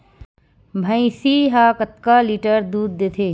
भंइसी हा कतका लीटर दूध देथे?